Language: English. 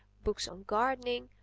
books on gardening,